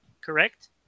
correct